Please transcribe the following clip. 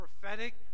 prophetic